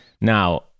Now